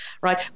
right